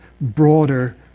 broader